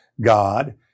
God